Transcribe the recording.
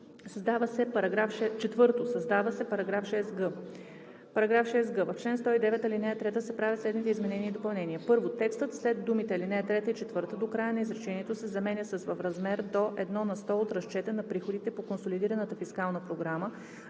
Създава се § 6г: „§ 6г. В чл. 109, ал. 3 се правят следните изменения и допълнения: 1. Текстът след думите „ал. 3 и 4“ до края на изречението се заменя с „в размер до 1 на сто от разчета на приходите по консолидираната фискална програма